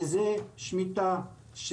שמיטה,